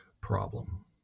problem